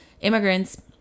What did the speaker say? immigrants